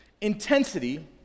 intensity